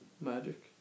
Magic